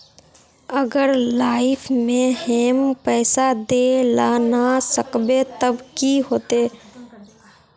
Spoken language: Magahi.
अगर लाइफ में हैम पैसा दे ला ना सकबे तब की होते?